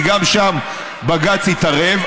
כי גם שם בג"ץ התערב.